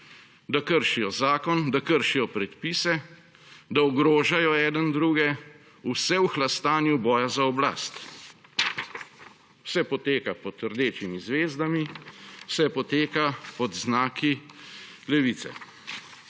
da kršijo zakon, da kršijo predpise, da ogrožajo eden druge, vse v hlastanju boja za oblast. Vse poteka pod rdečimi zvezdami, vse poteka pod znaki Levice.